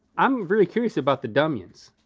i'm very curious about the dumyuns.